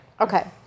Okay